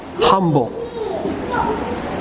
humble